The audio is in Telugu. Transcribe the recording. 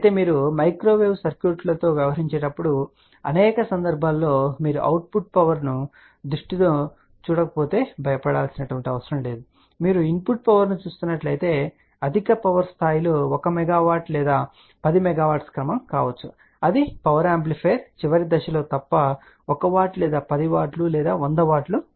అయితే మీరు మైక్రోవేవ్ సర్క్యూట్లతో వ్యవహరించేటప్పుడు అనేక సందర్భాల్లో మీరు అవుట్పుట్ పవర్ దృష్టితో చూడకపోతే భయపడకండి మీరు ఇన్పుట్ పవర్ ను చూస్తున్నట్లయితే అధిక పవర్ స్థాయిలు 1 మెగావాట్ లేదా 10 మెగావాట్స్ క్రమం కావచ్చు అధిక పవర్ యాంప్లిఫైయర్ చివర దశ లో తప్ప 1 W లేదా 10 W లేదా 100 W కావచ్చు